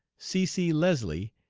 c. c. leslie,